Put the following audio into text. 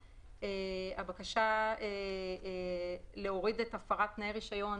לגבי הבקשה להוריד את הפרת תנאי הרישיון